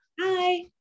Hi